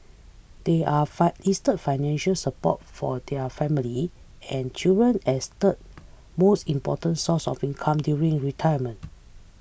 they are listed financial support from their family and children as third most important source of income during retirement